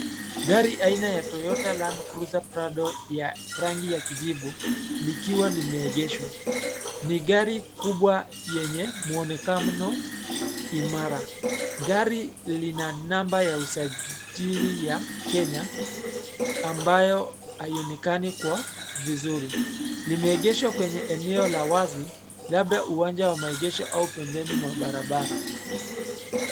Gari aina ya Toyota Land Cruiser Prado ya rangi ya kijivu likiwa limeegeshwa. Ni gari kubwa yenye muonekano imara. Gari lina namba ya usajili ya Kenya ambayo haionekani kwa vizuri. Limeegeshwa kwenye eneo la wazi labda uwanja wa megesho au pembeni mwa barabara.